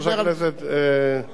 זה אותו עניין.